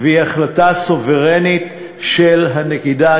והיא החלטה סוברנית של הנגידה,